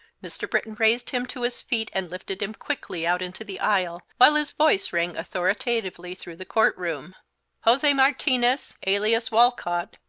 mr. britton raised him to his feet and lifted him quickly out into the aisle, while his voice rang authoritatively through the court-room jose martinez, alias walcott,